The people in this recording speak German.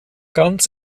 ganz